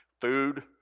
food